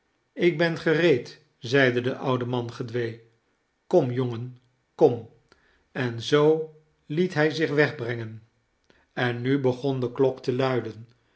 ik ben gereed zeide de oude man gedwee kom jongen kom en zoo liet hij zich wegbrengen en nu begon de klok te luiden